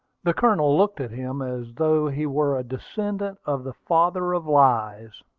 the colonel looked at him as though he were a descendant of the father of lies.